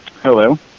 Hello